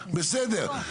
בסדר,